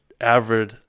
average